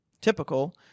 typical